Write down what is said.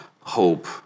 hope